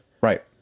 Right